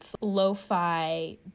lo-fi